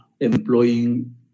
employing